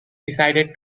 decided